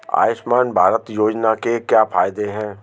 आयुष्मान भारत योजना के क्या फायदे हैं?